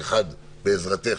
ואחד בעזרתך,